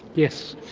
yes.